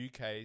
UK